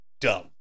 dumb